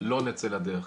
לא נצא לדרך.